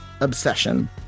obsession